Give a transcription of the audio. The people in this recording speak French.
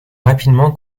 rapidement